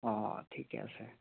অঁ অঁ ঠিকে আছে